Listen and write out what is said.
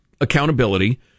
accountability